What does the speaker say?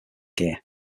gear